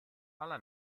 alla